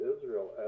Israel